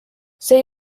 see